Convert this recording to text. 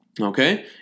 Okay